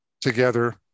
together